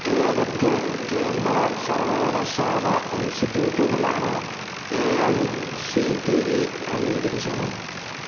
ഏതൊക്കെ കേന്ദ്ര സർവകലാശാല ഇൻസ്റ്റിറ്റ്യൂട്ടുകളാണ് A I C T E അംഗീകരിച്ചത്